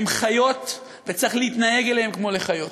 הם חיות וצריך להתנהג אליהם כמו לחיות.